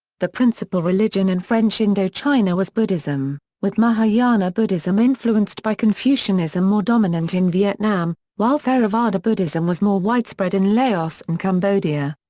the principal religion in french indochina was buddhism, with mahayana buddhism influenced by confucianism more dominant in vietnam, while theravada buddhism was more widespread in laos and cambodia.